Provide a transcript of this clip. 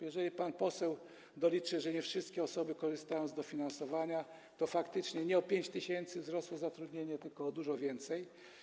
Jeżeli pan poseł doliczy, że nie wszystkie osoby korzystają z dofinansowania, to faktycznie nie o 5 tys. wzrosło zatrudnienie, tylko o dużo więcej.